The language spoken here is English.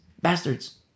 Bastards